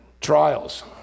Trials